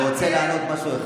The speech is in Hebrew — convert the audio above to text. אני רוצה לענות משהו אחד.